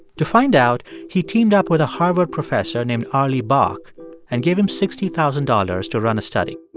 to find out, he teamed up with a harvard professor named arlie bock and gave him sixty thousand dollars to run a study.